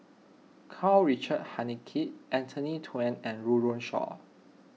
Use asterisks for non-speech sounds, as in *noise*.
Karl Richard Hanitsch Anthony *unintelligible* and Run Run Shaw